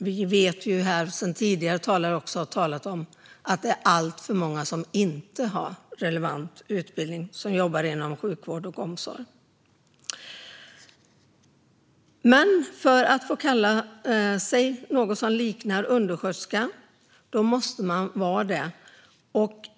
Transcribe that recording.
Vi vet ju och har hört av tidigare talare att det är alltför många som inte har relevant utbildning som jobbar inom vård och omsorg. För att få kalla sig undersköterska måste man vara det.